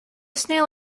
snail